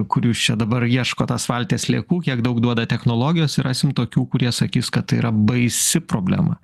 kur jūs čia dabar ieškot asfalte sliekų kiek daug duoda technologijos ir rasim tokių kurie sakys kad tai yra baisi problema